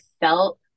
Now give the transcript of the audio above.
felt